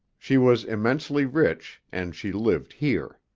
she was immensely rich, and she lived here.